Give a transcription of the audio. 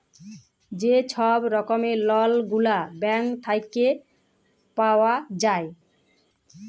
যে ছব রকমের লল গুলা ব্যাংক থ্যাইকে পাউয়া যায়